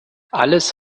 alles